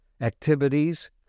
activities